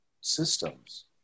systems